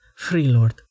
Freelord